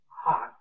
hot